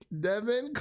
Devin